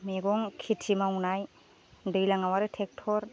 मैगं खेथि मावनाय दैलांआव आरो थेक्टर